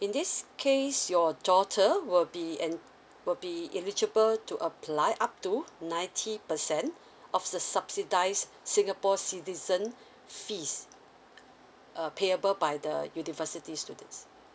in this case your daughter will be en~ will be eligible to apply up to ninety percent of the subsidize singapore citizen fees uh payable by the university students